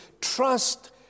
trust